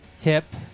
Tip